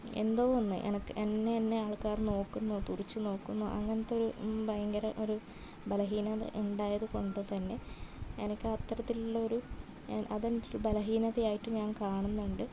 എന്തോ ഒന്ന് എനിക്ക് എന്നെയെന്നെ ആൾക്കാർ നോക്കുന്നോ തുറിച്ച് നോക്കുന്നോ അങ്ങനത്തെ ഒരു ഭയങ്കര ഒരു ബലഹീനത ഉണ്ടായതുകൊണ്ടുതന്നെ എനിക്ക് അത്തരത്തിലുള്ളൊരു അതെൻ്റെ ബലഹീനതയായിട്ട് ഞാൻ കാണുന്നുണ്ട്